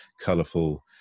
colourful